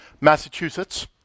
Massachusetts